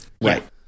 Right